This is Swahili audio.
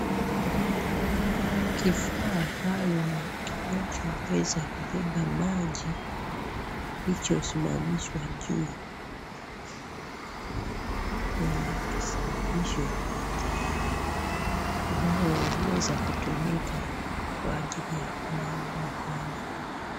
Kifaa maalum kinachoweza kubeba maji kilichosimamishwa juu ya kisimamisho inayoweza kutumika kwa ajili ya kunawa mikono.